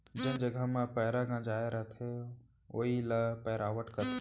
जेन जघा म पैंरा गंजाय रथे वोइ ल पैरावट कथें